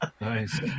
Nice